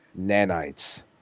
nanites